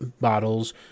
bottles